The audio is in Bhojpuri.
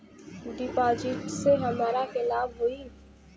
डिपाजिटसे हमरा के का लाभ होई?